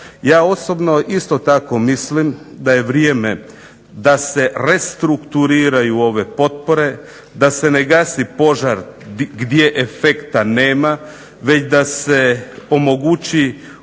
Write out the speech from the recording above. Ja osobno isto tako mislim da je vrijeme da se restrukturiraju ove potpore, da se ne gasi požar gdje efekta nema, već da se omogući